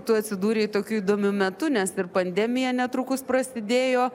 tu atsidūrei tokiu įdomiu metu nes ir pandemija netrukus prasidėjo